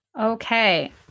Okay